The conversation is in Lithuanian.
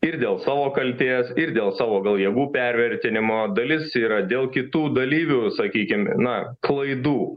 ir dėl savo kaltės ir dėl savo gal jėgų pervertinimo dalis yra dėl kitų dalyvių sakykime na klaidų